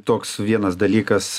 toks vienas dalykas